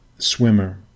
swimmer